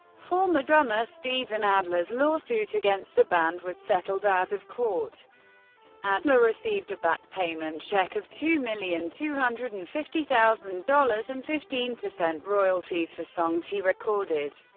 former drummer steven adler's lawsuit against the band was settled out of court adler received a back-payment check of two million two hundred and fifty thousand dollars and fifteen percent royalties for songs he recorded.